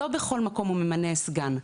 לא בכל מקום הוא ממנה סגן,